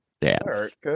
dance